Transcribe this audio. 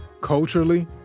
culturally